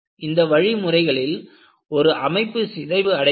இந்த வழிமுறைகளில் ஒரு அமைப்பு சிதைவு அடைகிறது